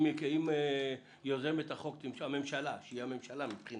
אם יוזמת החוק, הממשלה מבחינתי,